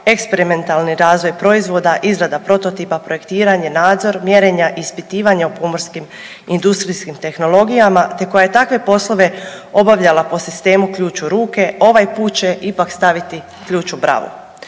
eksperimentalni razvoj proizvoda, izrada prototipa, projektiranje, nadzor, mjerenja, ispitivanja u pomorskim industrijskim tehnologijama te koja je takve poslove obavljala po sistemu ključ u ruke ovaj put će ipak staviti ključ u bravu.